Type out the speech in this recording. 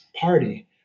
party